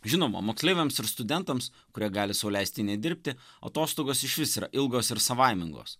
žinoma moksleiviams ir studentams kurie gali sau leisti nedirbti atostogos išvis yra ilgos ir savaimingos